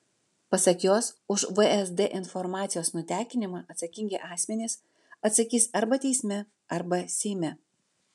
pasak jos už vsd informacijos nutekinimą atsakingi asmenys atsakys arba teisme arba seime